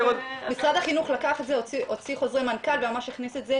משרד החינוך לקח את זה הוציא חוזר מנכ"ל וממש הכניס את זה